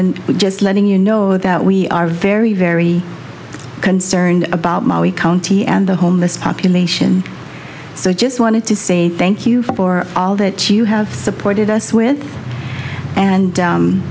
and just letting you know that we are very very concerned about molly county and the homeless population so i just wanted to say thank you for all that you have supported us with and